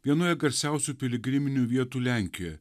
vienoje garsiausių piligriminių vietų lenkijoje